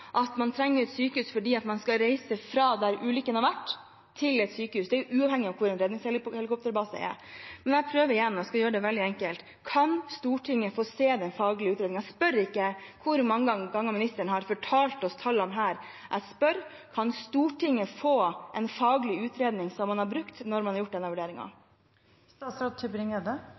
at man trenger et sykehus fordi man skal reise fra der ulykken har vært, til et sykehus, og det er uavhengig av hvor redningshelikopterbasen er. Jeg prøver igjen, og jeg skal gjøre det veldig enkelt: Kan Stortinget få se den faglige utredningen? Jeg spør ikke om hvor mange ganger ministeren har fortalt oss disse tallene; jeg spør om Stortinget kan få den faglige utredningen som man har brukt når man har gjort denne